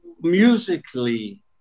musically